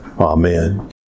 Amen